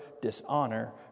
dishonor